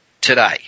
today